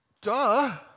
duh